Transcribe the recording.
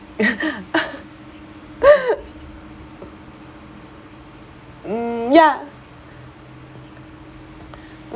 mm ya